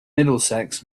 middlesex